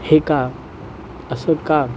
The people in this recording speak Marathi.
हे का असं का